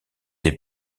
des